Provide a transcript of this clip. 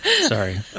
Sorry